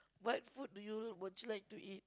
what food do you would you like to eat